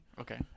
okay